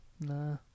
nah